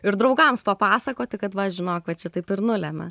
ir draugams papasakoti kad va žinok va čia taip ir nulemia